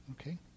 Okay